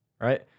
Right